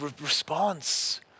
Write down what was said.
response